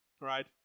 Right